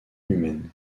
humaines